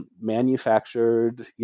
Manufactured